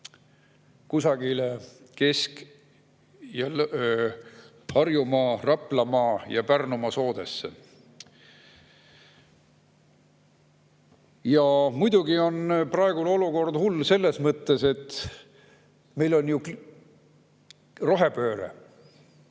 kusagile Harjumaa, Raplamaa ja Pärnumaa soodesse. Ja muidugi on praegune olukord hull selles mõttes, et meil on rohepööre.